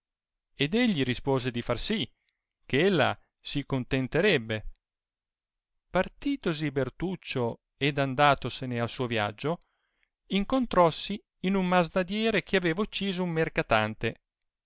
ed egli rispose di far sì che ella si contenterebbe partitosi bertuccio ed andatosene al suo viaggio incontrossi in un masnadiere che aveva ucciso un mercatante